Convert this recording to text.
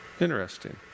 Interesting